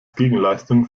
gegenleistung